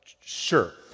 sure